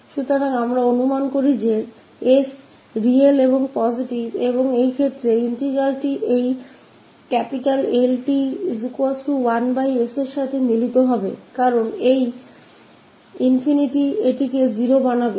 तो हम एक धारणा लेते हैं की s रियल और पॉजिटिव है इस मामले में यह integral 𝐿𝑡 1s में converge होगा क्योंकि यह उसे ∞ से 0 बना देगा